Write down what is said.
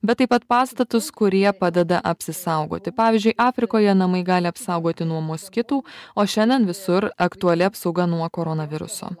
bet taip pat pastatus kurie padeda apsisaugoti pavyzdžiui afrikoje namai gali saugoti nuo moskitų o šiandien visur aktuali apsauga nuo koronaviruso